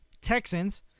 Texans